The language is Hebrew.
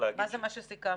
מה זה "מה שסיכמנו"?